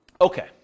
Okay